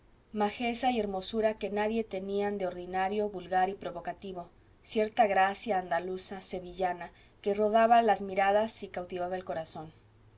majeza y hermosura que nada tenían de ordinario vulgar y provocativo cierta gracia andaluza sevillana que robaba las miradas y cautivaba el corazón